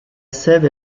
sève